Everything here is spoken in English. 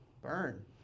Burn